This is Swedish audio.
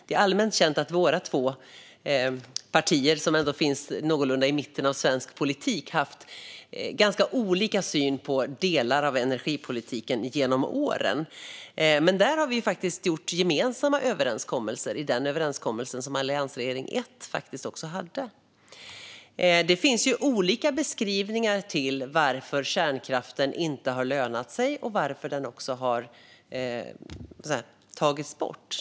Det är allmänt känt att våra två partier, som ändå ligger någorlunda i mitten av svensk politik, haft ganska olika syn på delar av energipolitiken genom åren. Men vi gjorde faktiskt överenskommelser i den överenskommelse som alliansregering 1 hade. Det finns olika beskrivningar av varför kärnkraften inte lönat sig och varför den tagits bort.